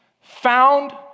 Found